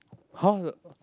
how the